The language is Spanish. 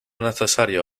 necesario